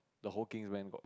the whole Kingsman got